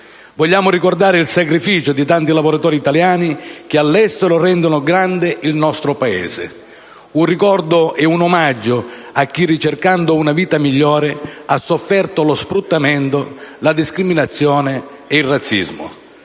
Vogliamo ricordare il sacrificio di tanti lavoratori italiani che all'estero rendono grande il nostro Paese. Un ricordo e un omaggio a chi, ricercando una vita migliore, ha sofferto lo sfruttamento, la discriminazione e il razzismo.